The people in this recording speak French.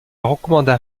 recommanda